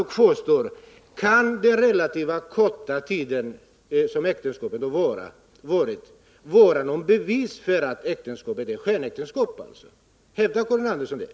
Frågan kvarstår: Kan den relativt korta tid som äktenskapet varat vara ett bevis för att äktenskapet varit ett skenäktenskap? Hävdar Karin Andersson det?